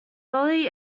early